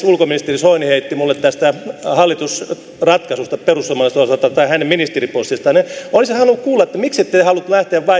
ulkoministeri soini heitti minulle tästä hallitusratkaisusta perussuomalaisten osalta tai hänen ministeripostistaan halunnut kuulla miksi te ette halunnut lähteä